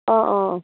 অঁ অঁ